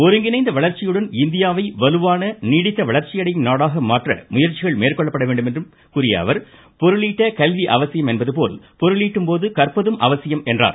ஒருங்கிணைந்த வளர்ச்சியுடன் இந்தியாவை வலுவான நீடித்த வளர்ச்சியடையும் நாடாக மாற்ற முயற்சிகள் மேற்கொள்ளப்பட வேண்டும் என்று கூறிய அவர் பொருளீட்ட கல்வி அவசியம் என்பது போல் பொருளீட்டும் போது கற்பதும் அவசியம் என்றார்